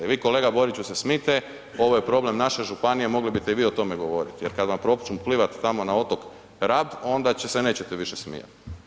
Vi kolega Boriću se smijte ovo je problem naše županije, mogli bite i vi o tome govoriti, jer kad vam počnu plivat tamo na otok Rab onda se nećete više smijat.